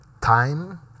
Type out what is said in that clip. time